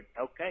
Okay